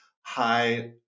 high